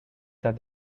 that